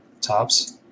tops